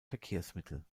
verkehrsmittel